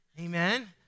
Amen